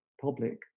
public